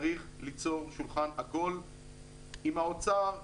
צריך ליצור שולחן עגול עם האוצר,